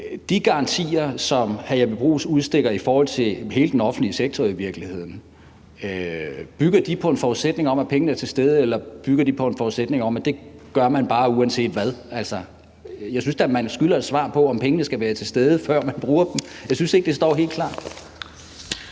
de garantier, som hr. Jeppe Bruus udstikker i forhold til – i virkeligheden – hele den offentlige sektor, på en forudsætning om, at pengene er til stede, eller bygger de på en forudsætning om, at det gør man bare uanset hvad? Jeg synes da, at man skylder et svar på, om pengene skal være til stede, før man bruger dem. Jeg synes ikke, det står helt klart.